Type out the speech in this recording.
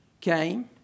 came